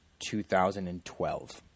2012